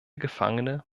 gefangene